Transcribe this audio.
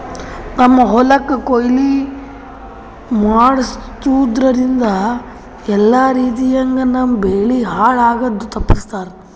ನಮ್ಮ್ ಹೊಲಕ್ ಕೊಯ್ಲಿ ಮಾಡಸೂದ್ದ್ರಿಂದ ಎಲ್ಲಾ ರೀತಿಯಂಗ್ ನಮ್ ಬೆಳಿ ಹಾಳ್ ಆಗದು ತಪ್ಪಸ್ತಾರ್